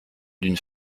d’une